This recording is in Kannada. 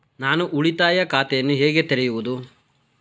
ನಾನು ಉಳಿತಾಯ ಖಾತೆಯನ್ನು ಹೇಗೆ ತೆರೆಯುವುದು?